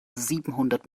siebenhundert